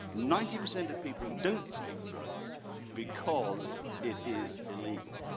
ninety percent of people don't take drugs because it is illegal.